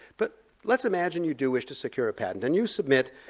but let's imagine you do wish to secure a patent and you submit,